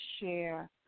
share